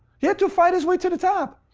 he had to fight his way to the top.